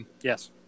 Yes